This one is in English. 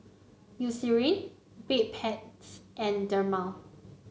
Eucerin Bedpans and Dermale